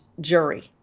jury